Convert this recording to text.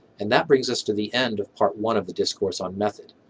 and that brings us to the end of part one of the discourse on method.